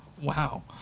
wow